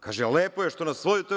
Kažu – lepo je što nas vodite u EU.